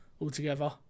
altogether